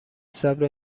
صبر